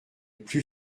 plus